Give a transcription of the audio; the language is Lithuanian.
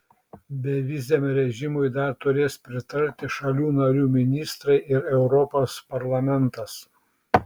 beviziam režimui dar turės pritarti šalių narių ministrai ir europos parlamentas